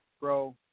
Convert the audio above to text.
bro